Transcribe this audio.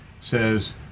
says